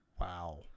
Wow